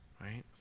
Right